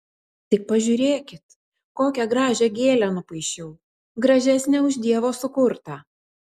tik pažiūrėkit kokią gražią gėlę nupaišiau gražesnę už dievo sukurtą